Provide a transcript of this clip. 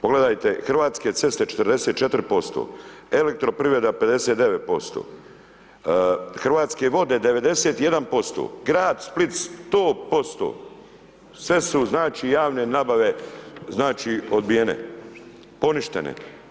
Pogledajte Hrvatske ceste 44%, Elektroprivreda 59%, Hrvatske vode 91%, grad Split 100%, sve su znači javne nabave odbijene, poništene.